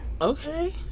okay